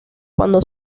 cuando